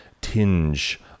tinge